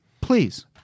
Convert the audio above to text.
Please